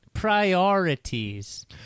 priorities